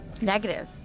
negative